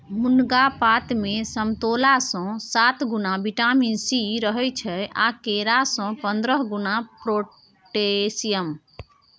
मुनगा पातमे समतोलासँ सात गुणा बिटामिन सी रहय छै आ केरा सँ पंद्रह गुणा पोटेशियम